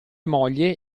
moglie